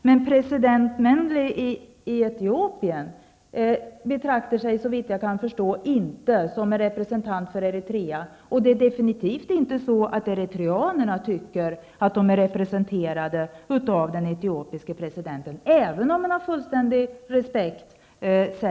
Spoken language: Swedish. Men såvitt jag kan förstå betraktar sig president Meles i Etiopien inte som en representant för Eritrea. Det är absolut inte så att eritreanerna tycker att de är representerade av den etiopiske presidenten, även om där råder ömsesidig respekt.